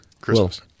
Christmas